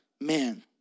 man